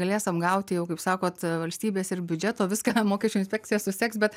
galėsim gauti jau kaip sakot valstybės ir biudžeto viską mokesčių inspekcija suseks bet